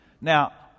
Now